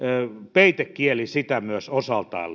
peitekieli sitä myös osaltaan